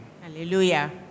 Hallelujah